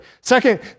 Second